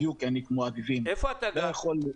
איפה אתה גר?